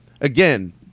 again